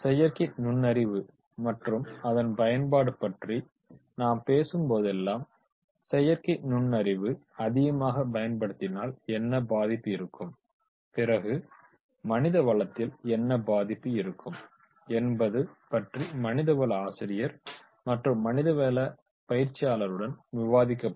செயற்கை நுண்ணறிவு மற்றும் அதன் பயன்பாடு பற்றி நாம் பேசும் போதெல்லாம் செயற்கை நுண்ணறிவை அதிகமாக பயன்படுத்தினால் என்ன பாதிப்பு இருக்கும் பிறகு மனித வளத்தில் என்ன பாதிப்பு இருக்கும் என்பது பற்றி மனிதவள ஆசிரியர் மற்றும் மனிதவள பயிற்சியாளருடன் விவாதிக்கப்படும்